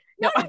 No